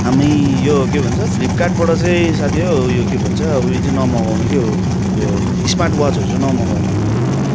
आम्मै यो के भन्छ फ्लिकार्टबाट चाहिँ साथी हो यो के भन्छ उयो चाहिँ न मगाउनु के हो यो स्मार्ट वाचहरू चाहिँ नमगाउनु आम्ममामाम